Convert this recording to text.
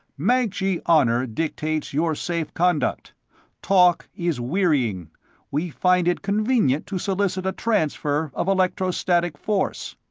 mancji honor dictates your safe-conduct talk is wearying we find it convenient to solicit a transfer of electrostatic force.